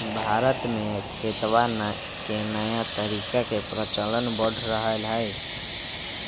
भारत में खेतवा के नया तरीका के प्रचलन बढ़ रहले है